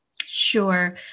Sure